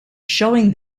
showing